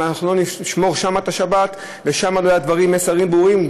אם אנחנו לא נשמור שם את השבת ושם לא יהיו מסרים ברורים,